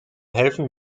helfen